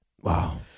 Wow